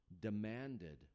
demanded